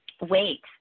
wait